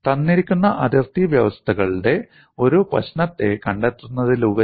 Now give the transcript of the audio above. തന്നിരിക്കുന്ന അതിർത്തി വ്യവസ്ഥകളുടെ ഒരു പ്രശ്നത്തെ കണ്ടെത്തുന്നതിലുപരി